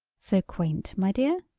so quaint, my dear?